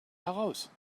heraus